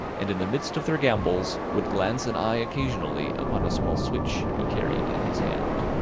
and in the midst of their gambols would glance an eye occasionally upon a small switch he carried in his hand.